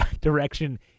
direction